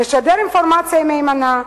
לשדר אינפורמציה מהימנה.